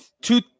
two